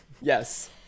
Yes